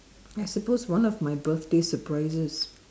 I suppose one of my birthday surprises